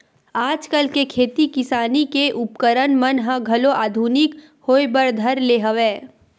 आजकल के खेती किसानी के उपकरन मन ह घलो आधुनिकी होय बर धर ले हवय